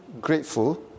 grateful